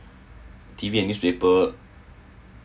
T_V and newspaper